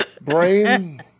brain